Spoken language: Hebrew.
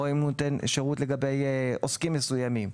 אם הוא נותן שירות לגבי עוסקים מסוימים,